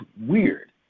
weird